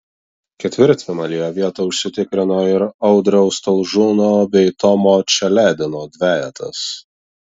ketvirtfinalyje vietą užsitikrino ir audriaus talžūno bei tomo čeledino dvejetas